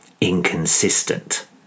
Inconsistent